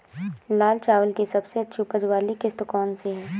लाल चावल की सबसे अच्छी उपज वाली किश्त कौन सी है?